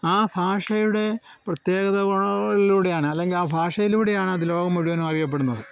ആ ഭാഷയുടെ പ്രത്യേകതകളിലൂടെയാണ് അല്ലെങ്കിൽ ആ ഭാഷയിലൂടെയാണ് അത് ലോകം മുഴുവനും അറിയപ്പെടുന്നത്